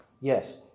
Yes